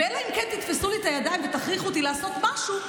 ואלא אם כן תתפסו לי את הידיים ותכריחו אותי לעשות משהו,